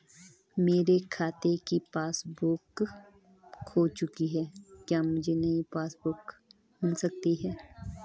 मेरे खाते की पासबुक बुक खो चुकी है क्या मुझे नयी पासबुक बुक मिल सकती है?